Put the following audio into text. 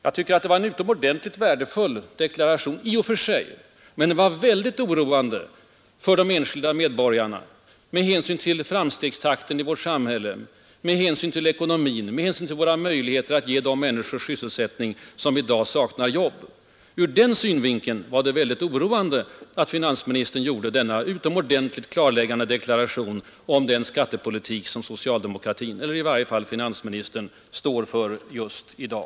Jag tycker att det var en utomordentligt värdefull deklaration i och för sig, men den var väldigt oroande för de enskilda medborgarna, med hänsyn till framstegstakten i vårt samhälle, med hänsyn till samhällsekonomin, med hänsyn till våra möjligheter att ge alla de människor sysselsättning som i dag saknar jobb. Ur den synvinkeln var det alltså utomordentligt oroande att finansministern gjorde sin klarläggande deklaration om den skattepolitik som socialdemokratin eller i varje fall finansministern står för i dag.